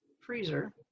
freezer